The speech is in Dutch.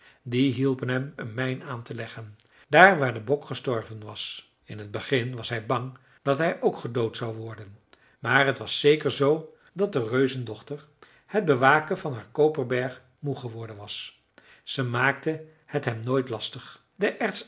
die hielpen hem een mijn aan te leggen daar waar de bok gestorven was in t begin was hij bang dat hij ook gedood zou worden maar t was zeker zoo dat de reuzendochter het bewaken van haar koperberg moe geworden was ze maakte het hem nooit lastig de